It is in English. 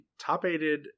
top-aided